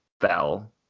fell